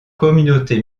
communauté